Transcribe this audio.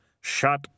Shut